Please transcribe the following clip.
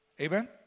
Amen